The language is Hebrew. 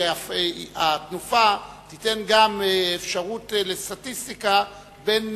התנופ"ה תיתן גם אפשרות לסטטיסטיקה בין